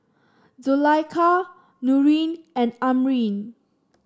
Zulaikha Nurin and Amrin